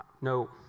no